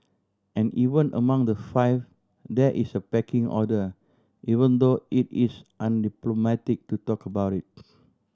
and even among the five there is a pecking order even though it is undiplomatic to talk about it